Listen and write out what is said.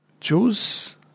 Choose